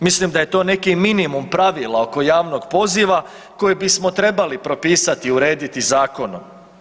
Mislim da je to neki minimum pravila oko javnog poziva koji bismo trebali propisati i urediti zakonom.